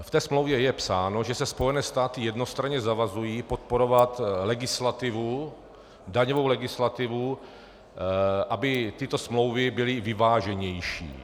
Ve smlouvě je psáno, že se Spojené státy jednostranně zavazují podporovat daňovou legislativu, aby tyto smlouvy byly vyváženější.